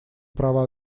права